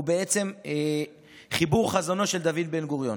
בעצם חיבור חזונו של דוד בן-גוריון,